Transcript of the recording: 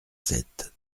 sept